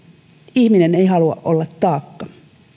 ihminen ei halua olla taakka